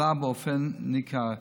עלה באופן ניכר.